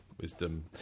wisdom